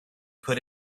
put